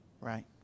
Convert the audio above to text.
right